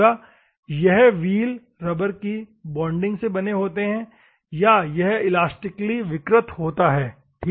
ये wheel rubber की bonding से बने होते हैं या यह एलास्टिकली विकृत होता है ठीक है